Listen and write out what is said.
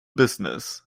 business